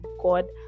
God